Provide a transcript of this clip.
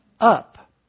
up